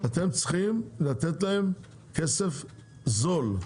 אתם צריכים לתת להם כסף זול,